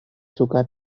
suka